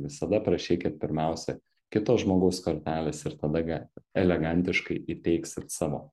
visada prašykit pirmiausia kito žmogaus kortelės ir tada ga elegantiškai įteiksit savo